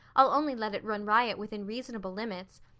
i'll only let it run riot within reasonable limits.